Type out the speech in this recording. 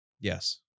Yes